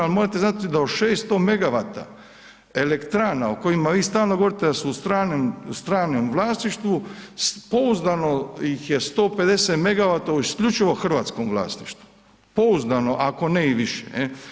Ali morate znati da od 600 megavata elektrana o kojima vi stalno govorite da su u stranom vlasništvu pouzdano ih je 150 megavata u isključivo hrvatskom vlasništvu, pouzdano ako ne i više.